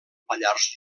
pallars